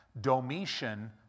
Domitian